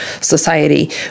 society